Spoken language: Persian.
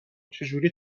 چجوری